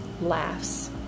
laughs